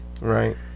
Right